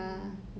mm